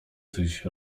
coś